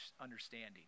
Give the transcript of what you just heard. understanding